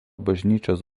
bažnyčios